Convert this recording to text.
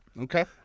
Okay